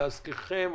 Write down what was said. להזכירכם,